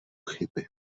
chyby